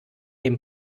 dem